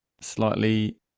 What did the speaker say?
slightly